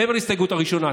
מעבר להסתייגות הראשונה.